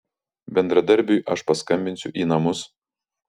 bendradarbiui aš paskambinsiu į namus